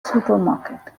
supermarket